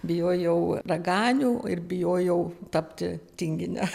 bijojau raganių ir bijojau tapti tingine